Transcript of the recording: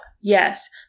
Yes